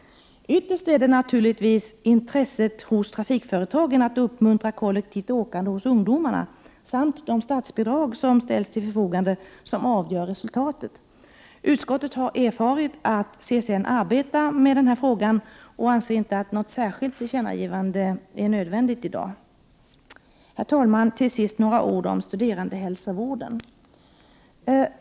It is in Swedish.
Ytterst är det naturligtvis intresset hos trafikföretagen för att uppmuntra till kollektivt åkande bland ungdomarna samt de statsbidrag som ställs till förfogande som är avgörande för resultatet. Utskottet har erfarit att CSN arbetar med frågan, och man anser inte att något särskilt tillkännagivande är nödvändigt i dag. Herr talman! Till sist några ord om studerandehälsovården.